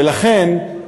ולכן,